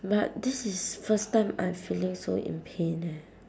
but this is first time I'm feeling so in pain eh